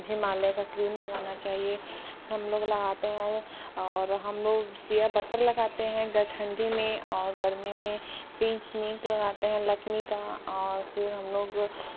हिमालय का क्रीम लगाना चाहिए हम लोग लगाते हैं और हम लोग सिया बटर लगाते हैं अगर ठंडी में और गर्मी में पिंच मिक लगाते हैं लकमी का और फिर हम लोग